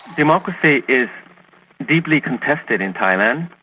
democracy is deeply contested in thailand.